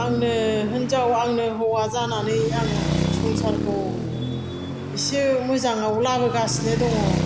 आंनो हिन्जाव आंनो हौवा जानानै आं संसारखौ इसे मोजाङाव लाबोगासिनो दङ